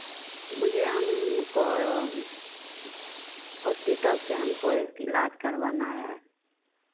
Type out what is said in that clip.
मुझे हम कोयो हॉस्पिटाल से हमको एक इलाज करवाना है